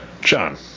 John